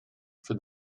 for